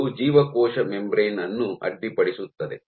ಇದು ಜೀವಕೋಶ ಮೆಂಬ್ರೇನ್ ಯನ್ನು ಅಡ್ಡಿಪಡಿಸುತ್ತದೆ